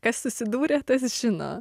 kas susidūrė tas žino